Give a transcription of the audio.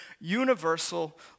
universal